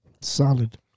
Solid